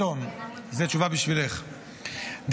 תשובה בשבילך,